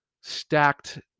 stacked